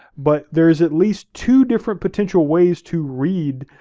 but there is at least two different potential ways to read,